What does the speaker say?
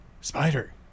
Spider